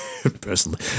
Personally